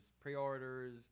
pre-orders